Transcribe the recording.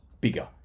bigger